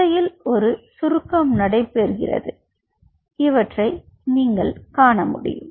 தசையில் ஒரு சுருக்கம் நடைபெறுவதை நீங்கள் காண முடியும்